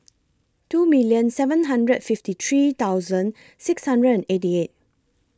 two million seven hundred fifty three thousand six hundred and eighty eight